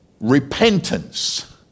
repentance